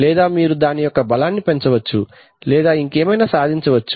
లేదా మీరు దాని యొక్క బలాన్ని పెంచవచ్చు లేదా ఇంకేమైనా సాధించవచ్చు